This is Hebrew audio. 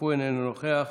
איננו נוכח,